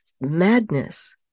madness